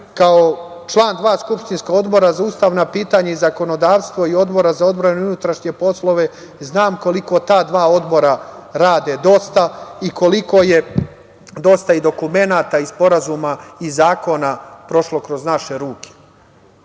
kao član dva skupštinska odbora: Odbora za ustavna pitanja i zakonodavstvo i Odbora za odbranu i unutrašnje poslove, znam koliko ta dva odbora rade i koliko je dosta i dokumenata i sporazuma i zakona prošlo kroz naše ruke,